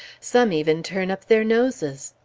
some even turn up their noses.